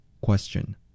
Question